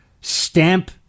stamp